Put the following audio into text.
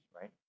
right